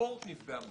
הספורט נפגע מזה.